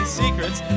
secrets